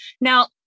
Now